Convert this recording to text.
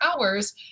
hours